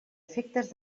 efectes